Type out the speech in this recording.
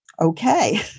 okay